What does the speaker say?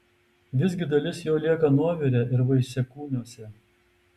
visgi dalis jo lieka nuovire ir vaisiakūniuose